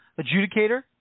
adjudicator